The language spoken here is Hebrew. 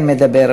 כן מדבר.